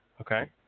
okay